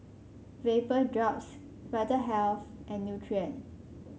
Vapodrops Vitahealth and Nutren